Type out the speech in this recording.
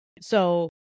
So-